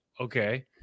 okay